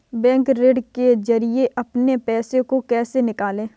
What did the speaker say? Bank मित्र के जरिए अपने पैसे को कैसे निकालें?